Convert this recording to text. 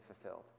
fulfilled